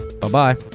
Bye-bye